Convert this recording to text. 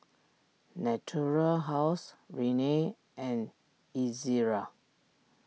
Natura House Rene and Ezerra